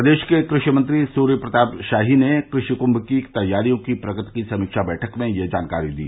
प्रदेश के कृषि मंत्री सूर्य प्रताप शाही ने कृषि कृषि कृषि की तैयारियों की प्रगति की समीक्षा बैठक में यह जानकारी दी